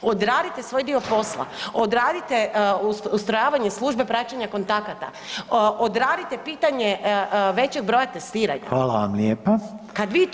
Odradite svoj dio posla, odradite ustrojavanje službe praćenja kontakata, odradite pitanje većeg broja testiranja [[Upadica: Hvala vam lijepa.]] kad vi to